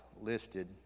listed